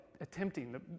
attempting